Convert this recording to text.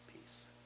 Peace